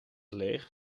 leeg